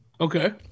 Okay